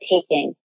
taking